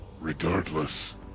Regardless